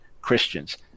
Christians